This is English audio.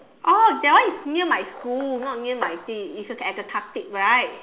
oh that one is near my school not near my thing it's at the Khatib right